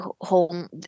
home